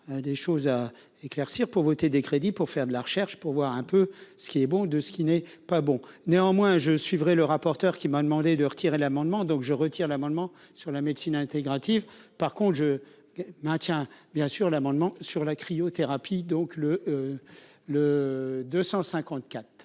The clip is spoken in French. des choses à éclaircir pour voter des crédits pour faire de la recherche pour voir un peu ce qu'il est bon de ce qui n'est pas bon, néanmoins je suivrai le rapporteur qui m'a demandé de retirer l'amendement donc je retire l'amendement sur la médecine intégrative, par contre je maintiens bien sûr l'amendement sur la cryothérapie donc le le 254.